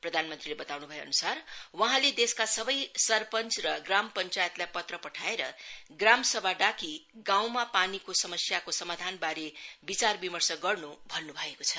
प्रधानमंत्रीले बताउन् भएअन्सार वहाँले देशका सबै सरपञ्च र ग्राम पंचायतलाई पत्र पठाएर ग्राम सभा डाकी गाउँमा पानीको समस्याको समाधानबारे विचार बिमर्श गर्न् भन्न् भएको छ